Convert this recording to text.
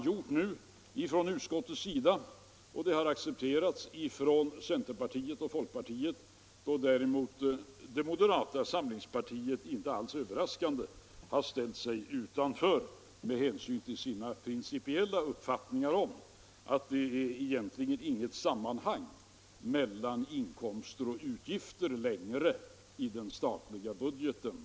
Det har utskottet gjort nu, och det har accepterats av centerpartiet och folkpartiet, medan däremot moderata samlingspartiet — inte alls överraskande — har ställt sig utanför med hänsyn till sina principiella uppfattningar om att det är egentligen inget sammanhang mellan inkomster och utgifter längre i den statliga budgeten.